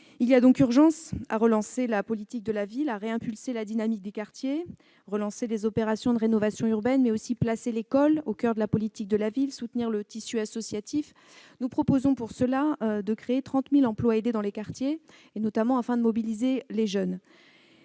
Il y a urgence à relancer la politique de la ville et à impulser une dynamique dans les quartiers. Il faut relancer les opérations de rénovation urbaine, placer l'école au coeur de la politique de la ville, soutenir le tissu associatif. Nous proposons pour cela de créer 30 000 emplois aidés dans les quartiers, afin notamment de mobiliser les jeunes.